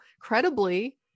credibly